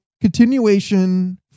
continuation